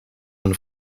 een